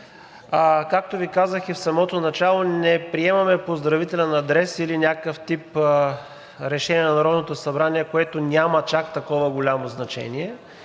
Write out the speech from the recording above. Както Ви казах и в самото начало, не приемаме поздравителен адрес или някакъв тип решение на Народното събрание, което няма чак такова голямо значение.